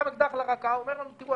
הוא שם אקדח לרקה ואומר לנו: תראו,